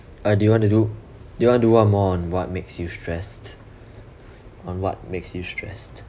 uh do you want to do do you want do one more on what makes you stressed on what makes you stressed